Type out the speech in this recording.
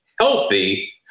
healthy